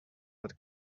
but